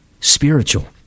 spiritual